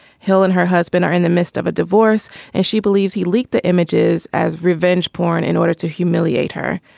hill and her husband are in the midst of a divorce and she believes he leaked the images as revenge porn in order to humiliate her.